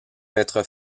mettre